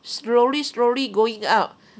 slowly slowly going up